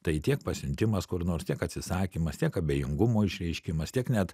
tai tiek pasiuntimas kur nors tiek atsisakymas tiek abejingumo išreiškimas tiek net